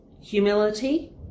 humility